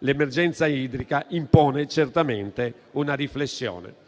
L'emergenza idrica impone certamente una riflessione.